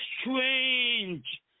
strange